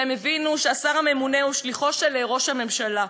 והם הבינו שהשר הממונה הוא שליחו של ראש הממשלה,